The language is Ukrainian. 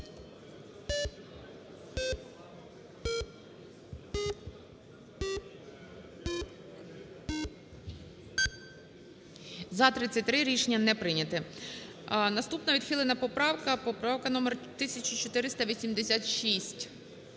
За-33 Рішення не прийняте. Наступна відхилена поправка номер 1486.